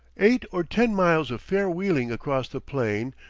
eight or ten miles of fair wheeling across the plain,